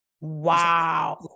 Wow